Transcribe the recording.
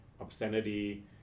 obscenity